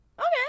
okay